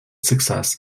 success